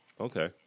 Okay